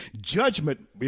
judgment